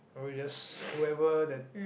or we just whoever that